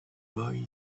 boy